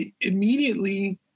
immediately